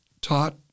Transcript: taught